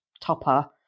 topper